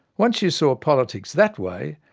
once you saw politics that way,